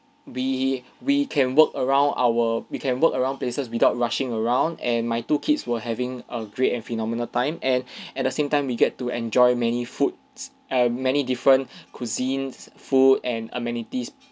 we we can work around our we can work around places without rushing around and my two kids were having a great and phenomenal time and at the same time we get to enjoy many foods and many different cuisines food and amenities